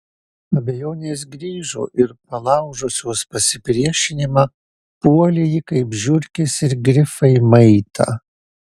abejonės grįžo ir palaužusios pasipriešinimą puolė jį kaip žiurkės ir grifai maitą